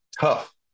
Tough